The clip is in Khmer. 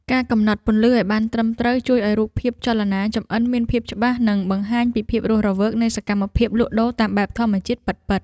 ការកំណត់ពន្លឺឱ្យបានត្រឹមត្រូវជួយឱ្យរូបភាពចលនាចម្អិនមានភាពច្បាស់ និង បង្ហាញពីភាពរស់រវើកនៃសកម្មភាពលក់ដូរតាមបែបធម្មជាតិពិតៗ។